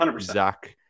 zach